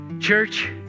Church